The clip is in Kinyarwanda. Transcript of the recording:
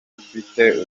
mufite